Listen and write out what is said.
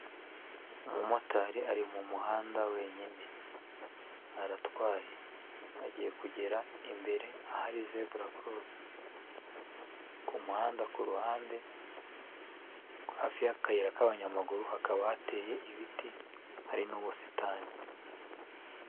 Umumotari ari mu muhanda wenyine, aratwaye agiye kugera imbere ahari zebura korosi, ku muhanda ku ruhande hafi y'akayira k'abanyamaguru hakaba hateye ibiti, hari n'ubusitani.